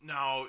Now